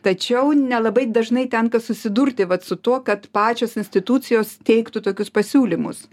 tačiau nelabai dažnai tenka susidurti vat su tuo kad pačios institucijos teiktų tokius pasiūlymus